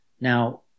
now